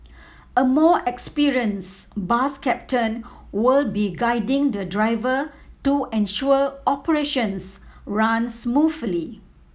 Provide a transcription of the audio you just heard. a more experienced bus captain will be guiding the driver to ensure operations run smoothly